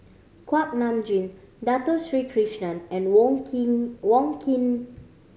Kuak Nam Jin Dato Sri Krishna and Wong Keen Wong Keen